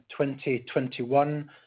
2021